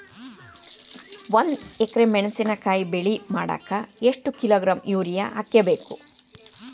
ಒಂದ್ ಎಕರೆ ಮೆಣಸಿನಕಾಯಿ ಬೆಳಿ ಮಾಡಾಕ ಎಷ್ಟ ಕಿಲೋಗ್ರಾಂ ಯೂರಿಯಾ ಹಾಕ್ಬೇಕು?